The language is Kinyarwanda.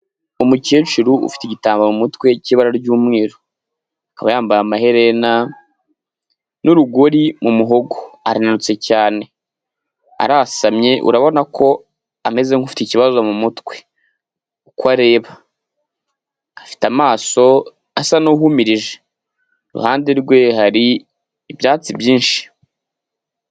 Umukecuru ufite igitambaro mu mutwe cy'ibara ry'umweru, akaba yambaye amaherena n'urugori mu muhogo, arananutse cyane, arasamye urabona ko ameze nk'ufite ikibazo mu mutwe uko areba, afite amaso asa n'uhumirije, iruhande rwe hari ibyatsi byinshi.